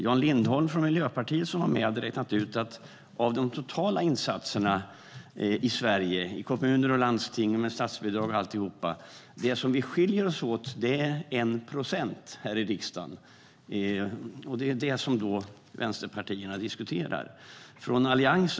Jan Lindholm från Miljöpartiet, som var med i gårdagens debatt, hade räknat ut att vi skiljer oss åt här i riksdagen med 1 procent när det gäller de totala insatserna i Sverige i kommuner och landsting med statsbidrag och annat. Det är det som vänsterpartierna diskuterar.